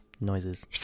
noises